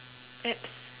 abs